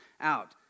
out